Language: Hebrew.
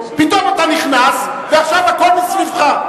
פתאום אתה נכנס ועכשיו הכול מסביבך.